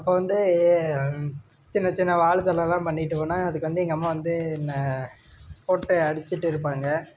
அப்போ வந்து சின்ன சின்ன வாலுத்தனம்லாம் பண்ணிகிட்டு போனேன் அதுக்கு வந்து எங்கள் அம்மா என்னை போட்டு அடிச்சுட்டு இருப்பாங்க